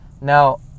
Now